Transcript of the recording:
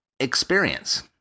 Experience